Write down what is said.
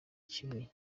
kibuye